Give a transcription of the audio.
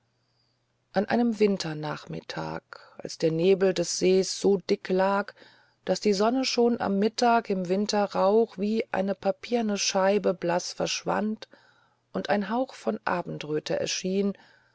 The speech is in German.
an einem winternachmittag als der nebel des sees so dick lag daß die sonne schon am mittag im winterrauch wie eine papierne scheibe blaß verschwand und ein hauch von abendröte erschien